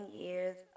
years